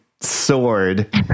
sword